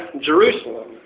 Jerusalem